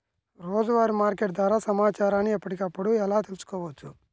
రోజువారీ మార్కెట్ ధర సమాచారాన్ని ఎప్పటికప్పుడు ఎలా తెలుసుకోవచ్చు?